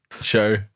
show